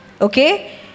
Okay